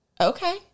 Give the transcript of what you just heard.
okay